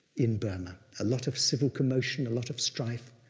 in burma. a lot of civil commotion, a lot of strife,